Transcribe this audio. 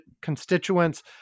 constituents